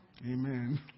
Amen